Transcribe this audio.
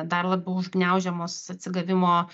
dar labiau užgniaužiamos atsigavimo